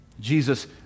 Jesus